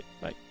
Bye